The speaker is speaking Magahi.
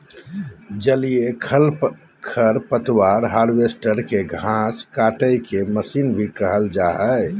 जलीय खरपतवार हार्वेस्टर, के घास काटेके मशीन भी कहल जा हई